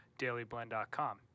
DailyBlend.com